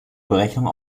berechnung